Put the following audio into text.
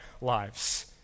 lives